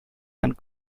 and